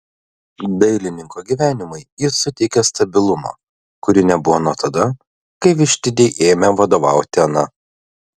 dailininko gyvenimui ji suteikė stabilumo kurio nebuvo nuo tada kai vištidei ėmė vadovauti ana